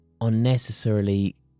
unnecessarily